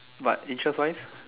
but interest wise